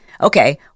Okay